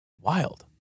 Wild